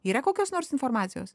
yra kokios nors informacijos